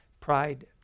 pride